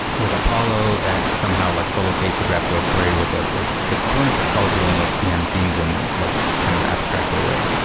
with apollo, that's somehow like co-locates the graphql query with the the component, but it's all doing it behind-the-scenes and like kind of abstract it away.